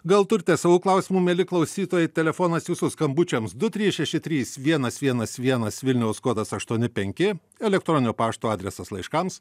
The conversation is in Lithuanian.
gal turite savų klausimų mieli klausytojai telefonas jūsų skambučiams du trys šeši trys vienas vienas vienas vilniaus kodas aštuoni penki elektroninio pašto adresas laiškams